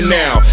now